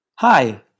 Hi